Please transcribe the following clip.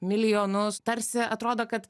milijonus tarsi atrodo kad